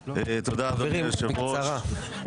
חברים, בקצרה.